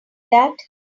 that